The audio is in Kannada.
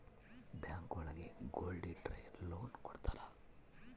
ಬ್ಯಾಂಕ್ ಒಳಗ ಗೋಲ್ಡ್ ಇಟ್ರ ಲೋನ್ ಕೊಡ್ತಾರ